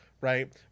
right